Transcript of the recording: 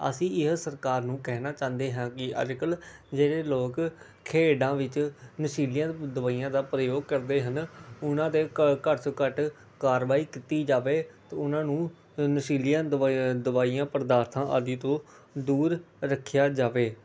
ਅਸੀਂ ਇਹ ਸਰਕਾਰ ਨੂੰ ਕਹਿਣਾ ਚਾਹੁੰਦੇ ਹਾਂ ਕਿ ਅੱਜ ਕੱਲ੍ਹ ਜਿਹੜੇ ਲੋਕ ਖੇਡਾਂ ਵਿੱਚ ਨਸ਼ੀਲੀਆਂ ਦਵਾਈਆਂ ਦਾ ਪ੍ਰਯੋਗ ਕਰਦੇ ਹਨ ਉਹਨਾਂ ਦੇ ਘ ਘੱਟ ਤੋਂ ਘੱਟ ਕਾਰਵਾਈ ਕੀਤੀ ਜਾਵੇ ਅਤੇ ਉਹਨਾਂ ਨੂੰ ਨਸ਼ੀਲੀਆਂ ਦਵਾ ਦਵਾਈਆਂ ਪਦਾਰਥਾਂ ਆਦਿ ਤੋਂ ਦੂਰ ਰੱਖਿਆ ਜਾਵੇ